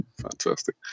Fantastic